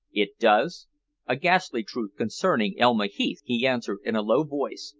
it does a ghastly truth concerning elma heath, he answered in a low voice,